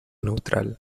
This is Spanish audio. neutral